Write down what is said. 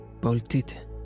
Bolted